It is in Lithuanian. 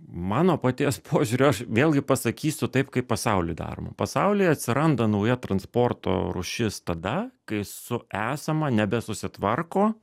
mano paties požiūriu aš vėlgi pasakysiu taip kaip pasauly daroma pasaulyje atsiranda nauja transporto rūšis tada kai su esama nebesusitvarko